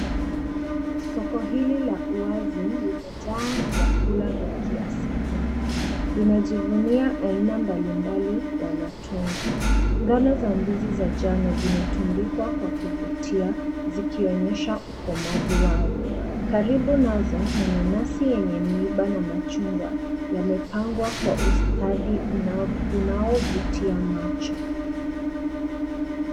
Soko hili la uwazi limejaa vyakula vya kiasilia. Linajivunia aina mbalimbali ya mtunda. Gano za ndizi za jano zimetundikwa kwa kuvutia zikionyesha ukomavu wao. Karibu nazo mananasi yenye miba na machungwa yamepangwa kwa ustadi unaovutia macho.